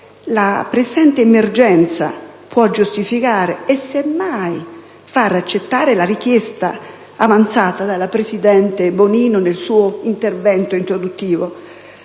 la presente emergenza può giustificare, e semmai far accettare, la richiesta avanzata dalla presidente Bonino nel suo intervento introduttivo.